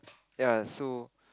ya so